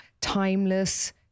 Timeless